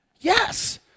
Yes